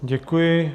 Děkuji.